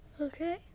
Okay